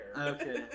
Okay